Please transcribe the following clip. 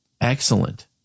excellent